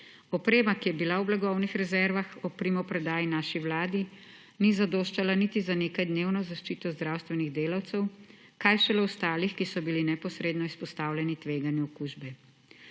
Oprema, ki je bila v blagovnih rezervah ob primopredaji naši vladi, ni zadoščala niti za nekajdnevno zaščito zdravstvenih delavcev, kaj šele ostalih, ki so bili neposredno izpostavljeni tveganju okužbe.